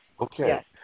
Okay